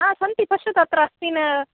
हा सन्ति पश्यतु अत्र अस्ति न